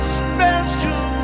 special